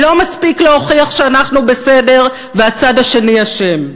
לא מספיק להוכיח שאנחנו בסדר והצד השני אשם.